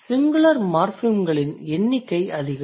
சிங்குலரில் மார்ஃபிம்களின் எண்ணிக்கை அதிகம்